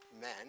men